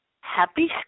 happy